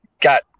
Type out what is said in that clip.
got